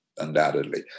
undoubtedly